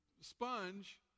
sponge